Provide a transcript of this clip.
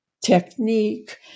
technique